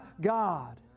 God